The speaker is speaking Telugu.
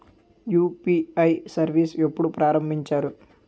యు.పి.ఐ సర్విస్ ఎప్పుడు ప్రారంభించారు?